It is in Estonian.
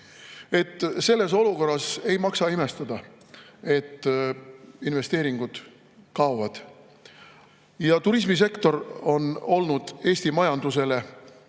olukorras ei maksa imestada, et investeeringud kaovad. Turismisektor on olnud Eesti majanduse